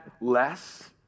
less